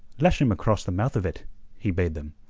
lash him across the mouth of it, he bade them,